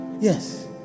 yes